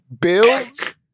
builds